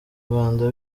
rwanda